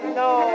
no